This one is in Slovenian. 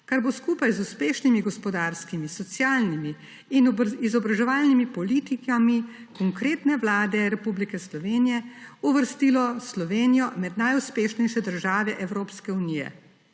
kar bo skupaj z uspešnimi gospodarskimi, socialnimi in izobraževalnimi politikami konkretne Vlade Republike Slovenijo uvrstilo Slovenijo med najuspešnejše države Evropske unije.